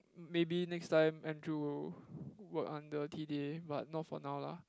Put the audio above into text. m~ maybe next time Andrew will work under t_d_a but not for now lah